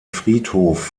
friedhof